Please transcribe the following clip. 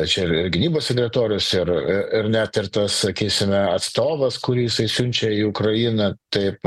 čia ir gynybos sekretorius ir ir net ir tas sakysime atstovas kurį jisai siunčia į ukrainą taip